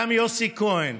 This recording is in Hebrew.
גם יוסי כהן,